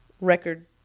record